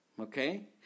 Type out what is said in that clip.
okay